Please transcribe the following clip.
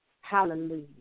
hallelujah